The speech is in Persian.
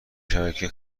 شبکه